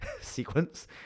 sequence